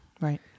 Right